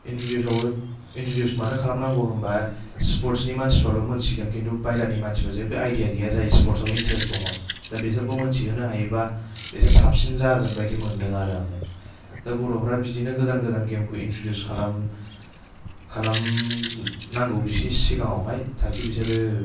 इन्ट्रदिउसआवहाय introduce मानो खालामनांगौ होनब्ला स्पर्टसनि मानसिफ्राल' मिनथिगोन खिन्थु बायह्रानि मानसिफ्रा जेबो आइदिया गैया जायो जाय स्पोर्टसआव इन्टारेस्ट दङ दा बिसोरखौ मिथिहोनो हायोब्ला एसे साबसिन जागोन बायदि मोनदों आरो आङो दा गथ'फ्रा बिदिनो गोदान गोदान गेमखौ इन्ट्रदिउस खालाम खालाम नांगौ बिसिनि सिगाङाव हाय थाखि बिसोरो